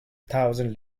thousand